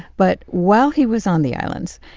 but while he was on the islands,